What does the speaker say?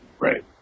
Right